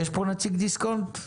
יש פה נציג דיסקונט?